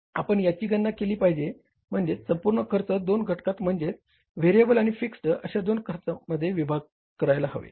आपण याची गणना केली पाहिजे म्हणजे संपूर्ण खर्च दोन घटकात म्हणजे व्हेरिएबल व फिक्स्ड अशा दोन खर्चामध्ये विभाजित करायला हवे